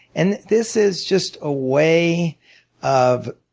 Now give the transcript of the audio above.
and this is just a way of